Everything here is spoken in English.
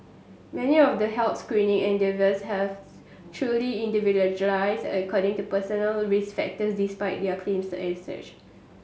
many of the health screening endeavours have truly individualised according to personal risk factors despite their claims as such